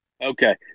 Okay